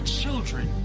children